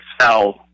sell